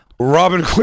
Robin